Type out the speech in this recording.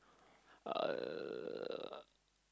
uh